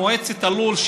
מועצת הלול,